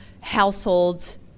households